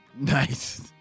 Nice